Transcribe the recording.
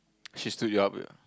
she stood you up